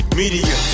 media